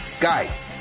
guys